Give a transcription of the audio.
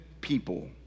people